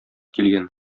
килгән